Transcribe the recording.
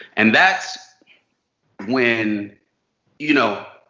and that's when you know,